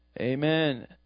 Amen